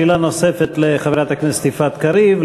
שאלה נוספת לחברת הכנסת יפעת קריב.